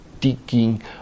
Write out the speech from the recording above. digging